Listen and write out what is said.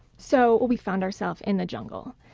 so we found ourselves in the jungle.